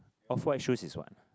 off white shoes is what